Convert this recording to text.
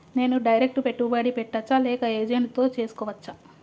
నేను డైరెక్ట్ పెట్టుబడి పెట్టచ్చా లేక ఏజెంట్ తో చేస్కోవచ్చా?